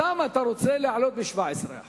את מחירם אתה רוצה להעלות ב-17%